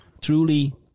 Truly